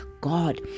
god